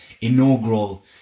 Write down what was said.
inaugural